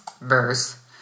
verse